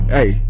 Hey